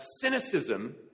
Cynicism